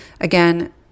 Again